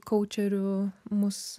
kaučerių mus